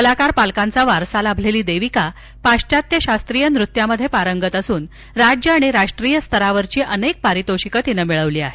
कलाकार पालकांचा वारसा लाभलेली देविका पाश्वात्य शास्त्रीय नृत्यात पारंगत असून राज्य आणि राष्ट्रीय स्तरावरची अनेक पारितोषिक तिनं मिळवली आहेत